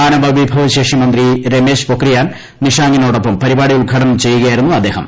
മാനവവിഭവശേഷി മന്ത്രി രമേശ് പൊഖ്രിയാൽ നിഷാങ്കിനൊപ്പം പരിപാടി ഉദ്ഘാടനം ചെയ്യുകയായിരുന്നു അദ്ദേഹം